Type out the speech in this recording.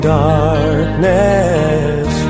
darkness